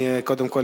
קודם כול,